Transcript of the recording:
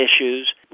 issues